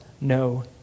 no